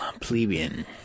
plebeian